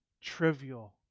trivial